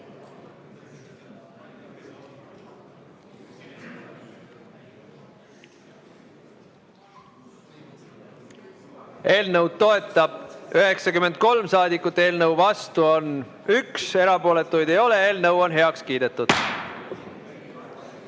Eelnõu toetab 93 saadikut, eelnõu vastu on 1, erapooletuid ei ole. Eelnõu on heaks kiidetud.